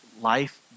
life